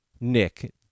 Nick